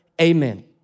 amen